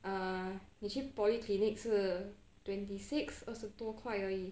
err 你去 polyclinic 是 twenty six 二十多块而已